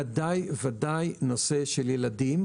ובוודאי הנושא של ילדים.